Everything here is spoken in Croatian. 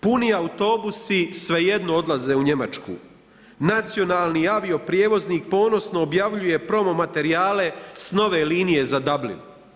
Puni autobusi svejedno odlaze u Njemačku, nacionalni avioprijevoznik ponosno objavljuje promo materijale s nove linije za Dublin.